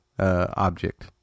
object